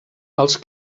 els